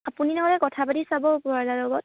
আপুনি ন'হলে কথা পাতি চাব ওপৰৱালাৰ লগত